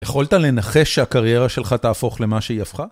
יכולת לנחש שהקריירה שלך תהפוך למה שהיא הפכה?